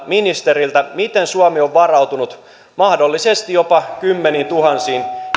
ministeriltä miten suomi on varautunut mahdollisesti jopa kymmeniintuhansiin